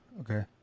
Okay